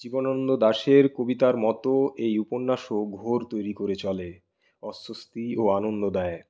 জীবনানন্দ দাশের কবিতার মতো এই উপন্যাসও ঘোর তৈরি করে চলে অস্বস্তি ও আনন্দ দেয়